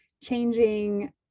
changing